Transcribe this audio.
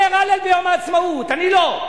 אתה אומר הלל ביום העצמאות, אני לא.